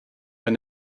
wenn